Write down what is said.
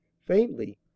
faintly